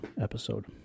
episode